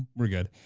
we're good.